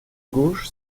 gauche